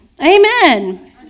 amen